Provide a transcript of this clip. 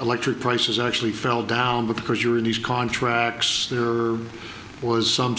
electric prices actually fell down because you're in these contracts there was some